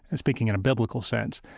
and speaking in a biblical sense,